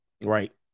right